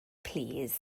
plîs